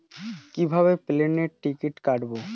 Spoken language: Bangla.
কিভাবে প্লেনের টিকিট কাটব?